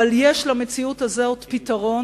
אבל יש למציאות הזאת פתרון,